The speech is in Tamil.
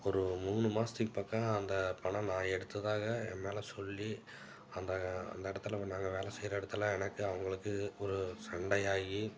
ஒரு மூணு மாதத்துக்கு பக்கம் அந்த பணம் நான் எடுத்ததாக என் மேலே சொல்லி அந்த அந்த இடத்துல நாங்கள் வேலை செய்கிற இடத்துல எனக்கும் அவர்களுக்கு ஒரு சண்டையாகி